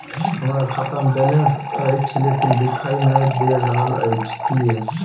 हमरा खाता में बैलेंस अएछ लेकिन देखाई नय दे रहल अएछ, किये?